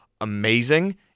amazing